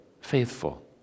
faithful